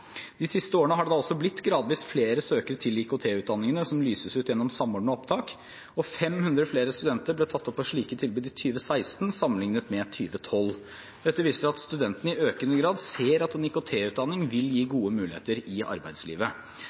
De siste årene har det da også blitt gradvis flere søkere til IKT-utdanningene som lyses ut gjennom Samordna opptak, og 500 flere studenter ble tatt opp ved slike tilbud i 2016 sammenliknet med 2012. Dette viser at studentene i økende grad ser at en IKT-utdanning vil gi gode muligheter i arbeidslivet.